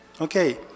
Okay